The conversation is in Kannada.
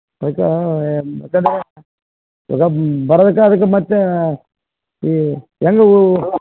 ಯಾಕೆ ಯಾಕಂದರೆ ಇವಾಗ ಬರಬೇಕಾ ಅದಕ್ಕೆ ಮತ್ತೆ ಈ ಹೆಂಗೂ